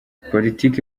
politiki